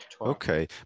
okay